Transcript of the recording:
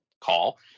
call